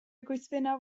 ekoizpena